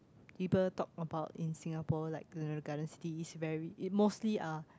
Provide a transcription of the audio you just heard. people talk about in Singapore like a garden city is very mostly are